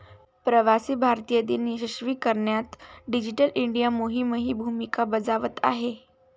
प्रवासी भारतीय दिन यशस्वी करण्यात डिजिटल इंडिया मोहीमही भूमिका बजावत आहे